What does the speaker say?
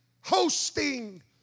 hosting